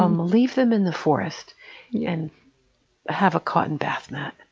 um leave them in the forest and have a cotton bathmat.